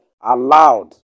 allowed